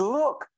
look